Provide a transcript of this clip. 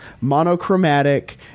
monochromatic